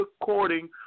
according